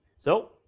so,